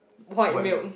white milk